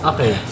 Okay